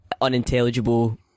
unintelligible